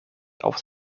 aufs